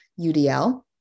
UDL